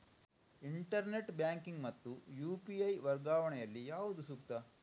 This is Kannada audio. ಇಂಟರ್ನೆಟ್ ಬ್ಯಾಂಕಿಂಗ್ ಮತ್ತು ಯು.ಪಿ.ಐ ವರ್ಗಾವಣೆ ಯಲ್ಲಿ ಯಾವುದು ಸೂಕ್ತ?